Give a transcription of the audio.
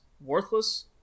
worthless